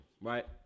right